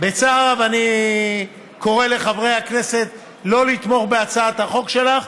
אני קורא לחברי הכנסת לא לתמוך בהצעת החוק שלך,